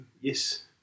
yes